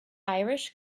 irish